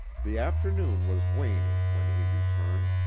the afternoon was waning when he returned,